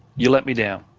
you let me down.